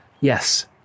Yes